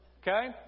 Okay